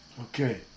Okay